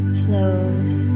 flows